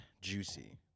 juicy